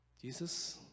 jesus